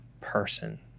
person